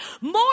more